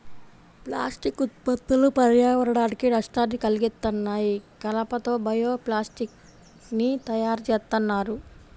plastic ఉత్పత్తులు పర్యావరణానికి నష్టాన్ని కల్గిత్తన్నాయి, కలప తో బయో ప్లాస్టిక్ ని తయ్యారుజేత్తన్నారు